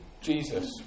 Jesus